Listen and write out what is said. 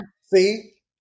See